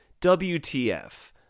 wtf